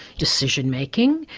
decision making,